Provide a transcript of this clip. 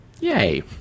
Yay